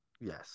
yes